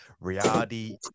reality